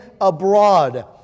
abroad